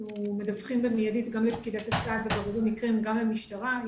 אנחנו מדווחים במיידית גם לפקידת הסעד וברוב המקרים גם למשטרה.